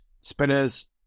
Spinners